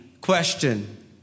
question